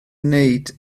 wneud